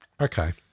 okay